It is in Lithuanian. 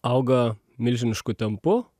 auga milžinišku tempu